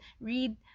read